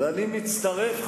ואני מצטרף,